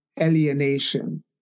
alienation